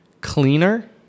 cleaner